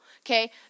Okay